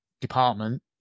department